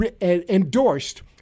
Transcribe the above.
endorsed